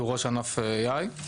שהוא ראש ענף AI,